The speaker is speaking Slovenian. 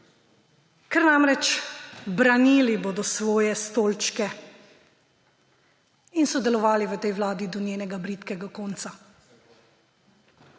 Ker namreč, branili bodo svoje stolčke in sodelovali v tej vladi do njenega bridkega konca